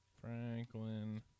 Franklin